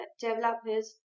developers